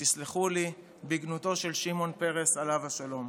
ותסלחו לי, בגנותו של שמעון פרס, עליו השלום.